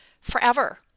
forever